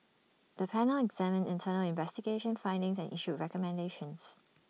the panel examined internal investigation findings and issued recommendations